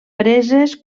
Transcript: preses